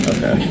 Okay